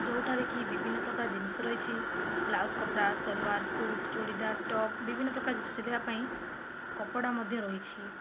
ଯେଉଁଠାରେ କି ବିଭିନ୍ନ ପ୍ରକାର ଜିନିଷ ରହିଛି ବ୍ଲାଉଜ କପଡ଼ା ସଲୱାର ସୁଟ୍ ଚୁଡ଼ିଦାର ଟପ୍ ବିଭିନ୍ନ ପ୍ରକାର ଜିନିଷ ସିଲେଇବା ପାଇଁ କପଡ଼ା ମଧ୍ୟ ରହିଛି